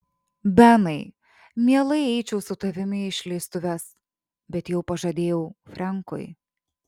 benai mielai eičiau su tavimi į išleistuves bet jau pažadėjau frenkui